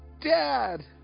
Dad